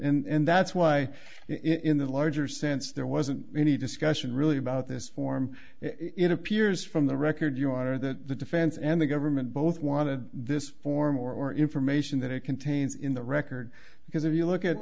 element and that's why in the larger sense there wasn't any discussion really about this form it appears from the record your honor that the defense and the government both wanted this for more information that it contains in the record because if you look at